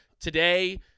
today